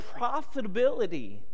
profitability